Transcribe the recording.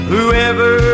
Whoever